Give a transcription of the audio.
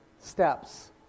steps